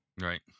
Right